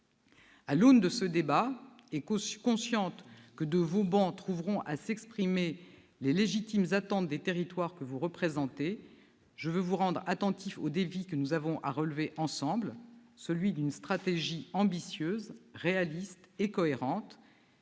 À l'aune de ce débat, consciente que de vos travées trouveront à s'exprimer les légitimes attentes des territoires que vous représentez, je veux vous rendre attentifs au défi que nous avons à relever ensemble, celui de définir une stratégie ambitieuse, réaliste et cohérente,